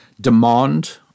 Demand